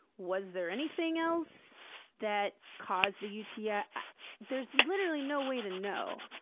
was there anything else that caused the uti? yeah there's literally no way to know.